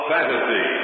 Fantasy